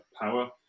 Power